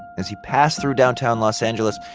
as he passed through downtown los angeles,